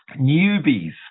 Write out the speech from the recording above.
newbies